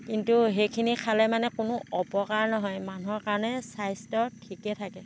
কিন্তু সেইখিনি খালে মানে কোনো অপকাৰ নহয় মানুহৰ কাৰণে স্বাস্থ্য ঠিকে থাকে